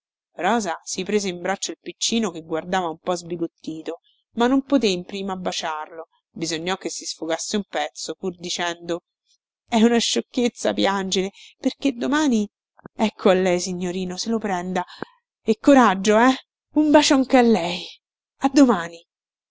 rosa si prese in braccio il piccino che guardava un po sbigottito ma non poté in prima baciarlo bisognò che si sfogasse un pezzo pur dicendo è una sciocchezza piangere perché domani ecco a lei signorino se lo prenda e coraggio eh un bacio anche a lei a domani